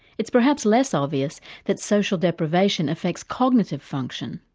it's perhaps less obvious that social deprivation affects cognitive function,